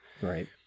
Right